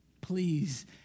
Please